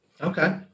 Okay